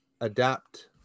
adapt